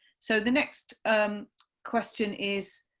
so the next question is,